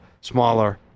smaller